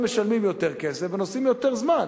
משלמים יותר כסף ונוסעים יותר זמן.